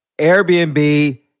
Airbnb